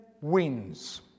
wins